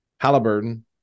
Halliburton